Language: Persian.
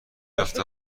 یافته